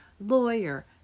lawyer